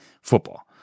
football